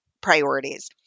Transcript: priorities